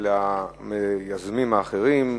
וליוזמים האחרים.